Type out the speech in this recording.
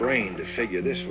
brain to figure this